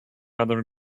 other